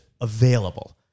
available